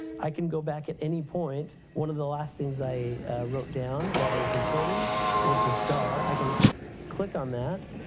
i can go back at any point. one of the last things i wrote down while i was recording was the star. i can click on that.